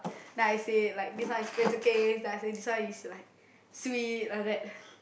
then I say like this one is pencil case then after that this one is like sweet then after that